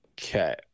Okay